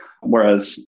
Whereas